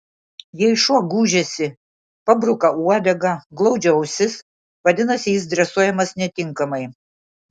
jei šuo gūžiasi pabruka uodegą glaudžia ausis vadinasi jis dresuojamas netinkamai